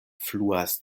fluas